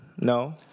no